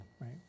right